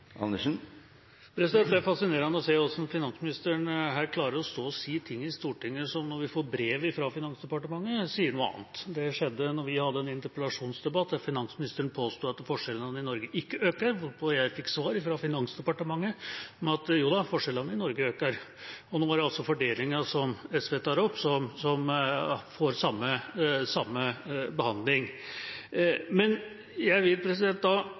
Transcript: å se hvordan finansministeren klarer å stå og si ting i Stortinget når brev fra Finansdepartementet sier noe annet. Det skjedde da vi hadde en interpellasjonsdebatt der finansministeren påsto at forskjellene i Norge ikke øker, og jeg fikk svar fra Finansdepartementet om at jo da, forskjellene i Norge øker. Nå er det fordelingen, som SV tar opp, som får samme behandling. Jeg vil